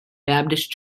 baptist